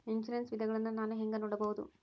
Insurance ವಿಧಗಳನ್ನ ನಾನು ಹೆಂಗ ನೋಡಬಹುದು?